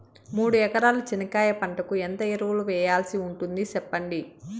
మూడు ఎకరాల చెనక్కాయ పంటకు ఎంత ఎరువులు వేయాల్సి ఉంటుంది సెప్పండి?